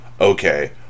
okay